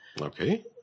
Okay